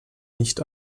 nicht